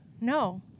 No